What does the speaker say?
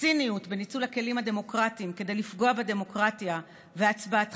הציניות בניצול הכלים הדמוקרטיים כדי לפגוע בדמוקרטיה והצבעתכם